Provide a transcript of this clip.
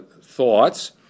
thoughts